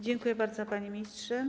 Dziękuję bardzo, panie ministrze.